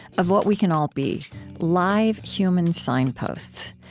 of what we can all be live human signposts.